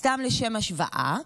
סתם לשם השוואה,